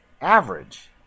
average